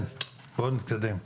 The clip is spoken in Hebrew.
בואו נתקדם.